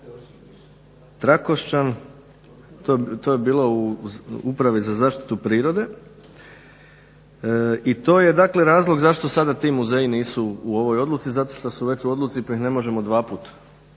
Trakošćan, to je bilo u upravi za zaštitu prirode i to je dakle razlog zašto sada ti muzeji nisu u ovoj odluci zato što su već u odluci pa ih ne možemo dvaput